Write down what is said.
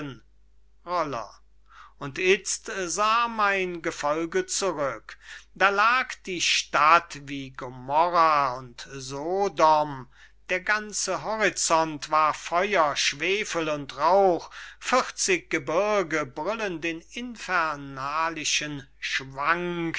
und itzt sah mein gefolge zurück da lag die stadt wie gomorrha und sodom der ganze horizont war feuer schwefel und rauch vierzig gebürge brüllen den infernalischen schwank